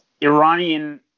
Iranian